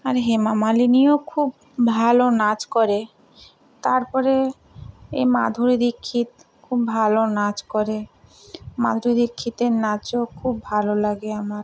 আর হেমা মালিনীও খুব ভালো নাচ করে তার পরে এই মাধুরী দীক্ষিত খুব ভালো নাচ করে মাধুরী দীক্ষিতের নাচও খুব ভালো লাগে আমার